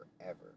forever